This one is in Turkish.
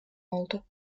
oldu